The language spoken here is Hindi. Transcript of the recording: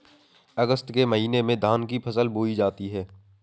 अगस्त के महीने में धान की फसल बोई जाती हैं